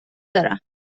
دارم